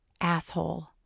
Asshole